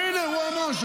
הינה, הוא אמר.